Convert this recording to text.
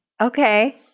Okay